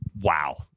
Wow